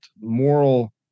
moral